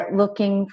looking